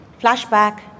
Flashback